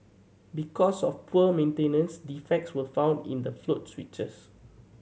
because of poor maintenance defects were found in the float switches